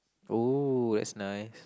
oh that's nice